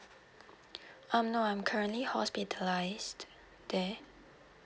um no I'm currently hospitalised there